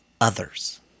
others